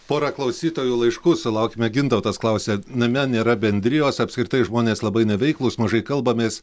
porą klausytojų laiškų sulaukėme gintautas klausė name nėra bendrijos apskritai žmonės labai neveiklūs mažai kalbamės